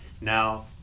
Now